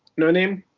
noname?